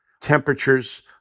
temperatures